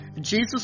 Jesus